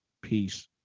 Peace